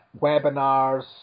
webinars